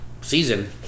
season